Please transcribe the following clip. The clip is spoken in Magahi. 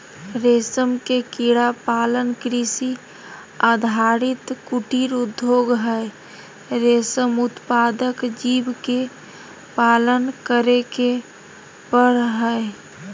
रेशम के कीड़ा पालन कृषि आधारित कुटीर उद्योग हई, रेशम उत्पादक जीव के पालन करे के पड़ हई